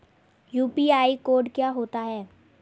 UPI code क्या होता है?